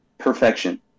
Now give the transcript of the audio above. perfection